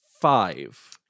five